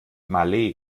malé